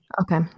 Okay